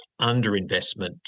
underinvestment